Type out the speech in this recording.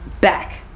back